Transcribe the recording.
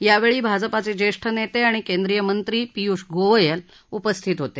यावेळी भाजपाचे ज्येष्ठ नेते आणि केंद्रीय मंत्री पियुष गोयल उपस्थित होते